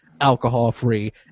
alcohol-free